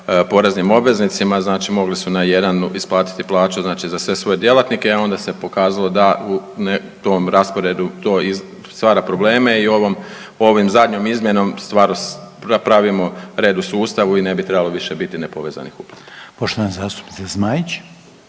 poreznim obveznicima. Znači mogli su na jedan isplatiti plaću znači za sve svoje djelatnike, a onda se pokazalo da u, ne tom rasporedu to i stvara probleme i ovom, ovim zadnjom izmjenom pravimo red u sustavu i bi trebalo više biti nepovezanih uplata. **Reiner, Željko